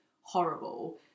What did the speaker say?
horrible